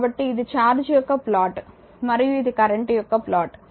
కాబట్టిఇది ఛార్జ్ యొక్క ప్లాట్ మరియు ఇది కరెంట్ యొక్క ప్లాట్